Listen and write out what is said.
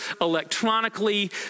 electronically